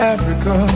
Africa